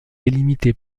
délimité